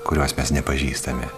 kurios mes nepažįstame